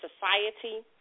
society